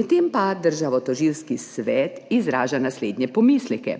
Medtem pa Državnotožilski svet izraža naslednje pomisleke.